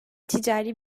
ticari